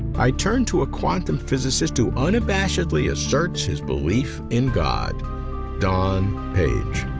i turn to a quantum physicist who unabashedly asserts his belief in god don page.